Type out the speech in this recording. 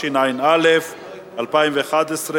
התשע"א 2011,